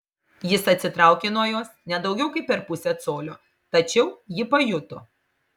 jis atsitraukė nuo jos ne daugiau kaip per pusę colio tačiau ji pajuto